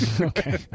Okay